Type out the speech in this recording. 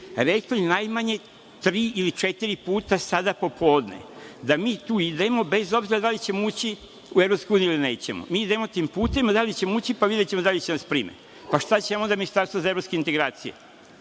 rekli najmanje tri ili četiri puta sada popodne da mi tu idemo bez obzira da li ćemo ući u EU ili nećemo. Mi idemo tim putem, a da li ćemo ući, pa videćemo da li će da nas prime. Pa, šta će nam onda ministarstvo za evropske integracije?